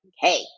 Hey